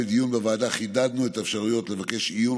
בדיון בוועדה חידדנו את האפשרויות לבקש עיון